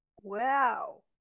Wow